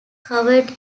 covered